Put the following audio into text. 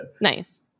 Nice